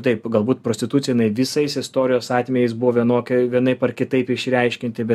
taip galbūt prostitucija jinai visais istorijos atvejais buvo vienokia vienaip ar kitaip išreiškianti be